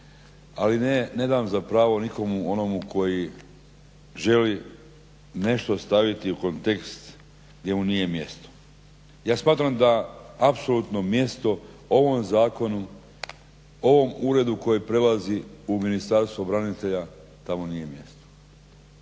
ali ne dam za pravo nikome onome koji želi nešto staviti u kontekst gdje mu nije mjesto. Ja smatram da apsolutno mjesto ovom zakonu, ovom uredu koji prelazi u Ministarstvo branitelja tamo nije mjesto.